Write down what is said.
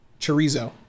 Chorizo